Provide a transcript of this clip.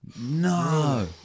no